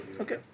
Okay